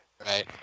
Right